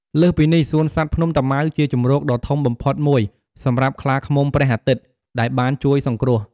លើសពីនេះ សួនសត្វភ្នំតាម៉ៅជាជម្រកដ៏ធំបំផុតមួយសម្រាប់ខ្លាឃ្មុំព្រះអាទិត្យ ដែលបានជួយសង្គ្រោះ។